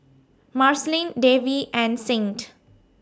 Marceline Davy and Saint